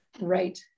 Right